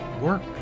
work